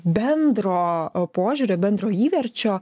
bendro požiūrio bendro įverčio